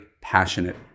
passionate